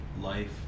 life